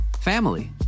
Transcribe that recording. family